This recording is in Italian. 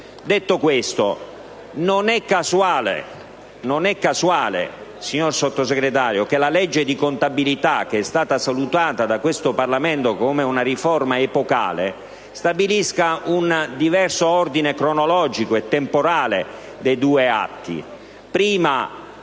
Detto questo, signor Sottosegretario, non è casuale che la legge di contabilità, che è stata salutata da questo Parlamento come una riforma epocale, stabilisca un diverso ordine cronologico e temporale per i due atti: